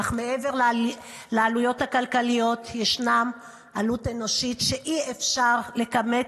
אך מעבר לעלויות הכלכליות ישנה עלות אנושית שאי-אפשר לכמת: